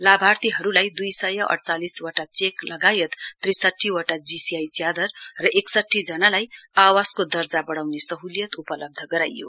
लाभार्थीहरूलाई दुई सय अडचालिस वटा चेक लगायत त्रिसाठी वटा जीसी आई च्यादर र एकसाठी जनालाई आवासको दर्जा बढाउने सह्लियत उपलब्ध गराईयो